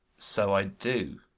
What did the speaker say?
so i do.